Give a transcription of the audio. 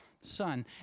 son